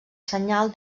senyal